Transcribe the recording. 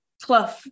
Clough